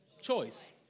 choice